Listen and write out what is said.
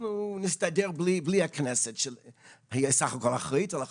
אנחנו נסתדר בלי הכנסת שהיא סך הכל אחראית על החקיקה.